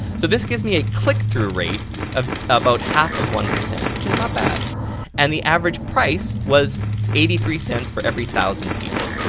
so this gives me a click through rate of about half of one percent which is not bad and the average price was eighty three cents for every one thousand people.